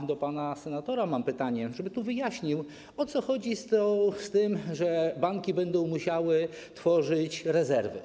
A do pana senatora mam pytanie, prośbę, żeby tu wyjaśnił, o co chodzi z tym, że banki będą musiały tworzyć rezerwy.